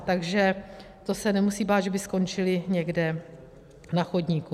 Takže to se nemusí bát, že by skončili někde na chodníku.